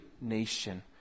nation